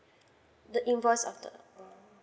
the invoice of the uh